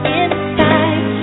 inside